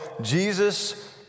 Jesus